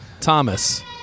Thomas